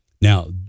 Now